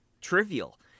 trivial